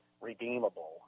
redeemable